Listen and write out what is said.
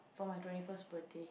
for my twenty first birthday